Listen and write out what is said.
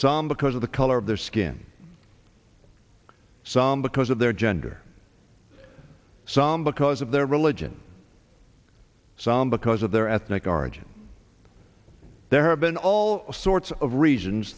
some because of the color of their skin some because of their gender some because of their religion some because of their ethnic origin there have been all sorts of reasons